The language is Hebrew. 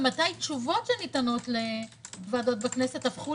ומתי תשובות שניתנות לוועדות בכנסת הפכו